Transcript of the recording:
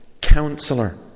counselor